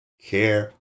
care